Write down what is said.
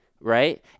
right